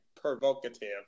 Provocative